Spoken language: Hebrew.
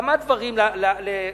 כמה דברים לכנסת.